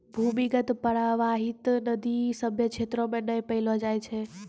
भूमीगत परबाहित नदी सभ्भे क्षेत्रो म नै पैलो जाय छै